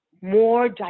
more